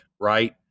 right